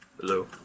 Hello